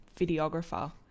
videographer